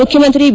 ಮುಖ್ತಮಂತ್ರಿ B